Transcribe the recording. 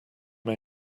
may